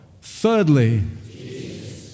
thirdly